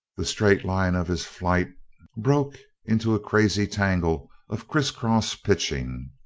the straight line of his flight broke into a crazy tangle of criss-cross pitching.